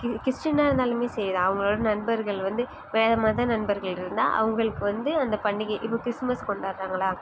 கிறி கிறிஷ்டினாக இருந்தாலுமே சரி அவங்களோட நண்பர்கள் வந்து வேறு மத நண்பர்கள் இருந்தால் அவங்களுக்கு வந்து அந்த பண்டிகை இப்போது கிறிஸ்மஸ் கொண்டாடுறாங்களா